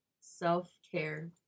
self-care